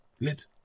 let